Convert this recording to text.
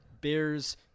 Bears